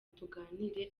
tuganire